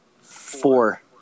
four